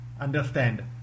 Understand